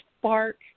spark